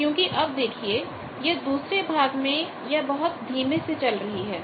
क्योंकि अब देखिए इस दूसरे भाग में यह बहुत धीमे से चल रही है